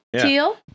teal